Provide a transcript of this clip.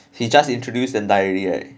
he just introduced then die already right